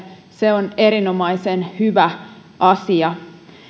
se on erinomaisen hyvä asia